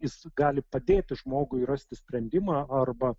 jis gali padėti žmogui rasti sprendimą arba